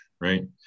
right